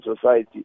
society